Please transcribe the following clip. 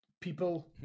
people